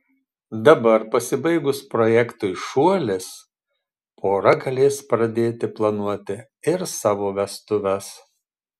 dabar pasibaigus projektui šuolis pora galės pradėti planuoti ir savo vestuves